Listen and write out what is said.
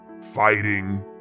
fighting